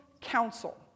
Council